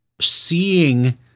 seeing